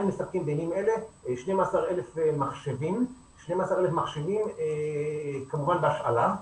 מספקים בימים אלה 12,000 מחשבים כמובן בהשאלה,